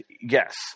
Yes